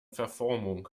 verformung